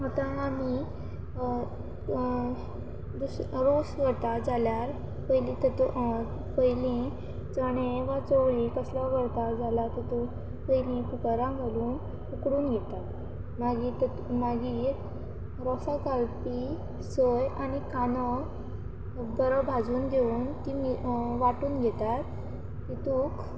आतां आमी दुस रोस करता जाल्यार पयलीं तातूंत पयलीं चणे वा चोवळी तसलो करता जाल्यार तातूंत पयलीं कुकरांत घालून उकडून घेता मागीर मागीर रोसाक घालपी सोय आनी कांदो बरो भाजून घेवून ती बी वांटून घेतात तातूंत